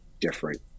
different